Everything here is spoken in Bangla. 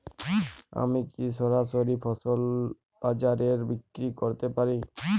আমি কি সরাসরি ফসল বাজারে বিক্রি করতে পারি?